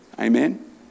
Amen